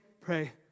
pray